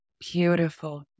Beautiful